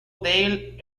dale